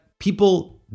People